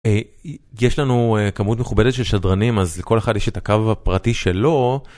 א...י...יש לנו א...כמות מכובדת של שדרנים, אז, לכל אחד יש את הקו הפרטי שלו,